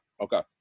okay